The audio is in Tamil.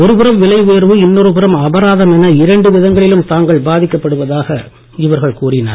ஒருபுறம் விலை உயர்வு இன்னொரு புறம் அபராதம் என இரண்டு விதங்களிலும் தாங்கள் பாதிக்கப்படுவதாக இவர்கள் கூறினர்